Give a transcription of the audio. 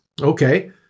okay